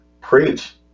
Preach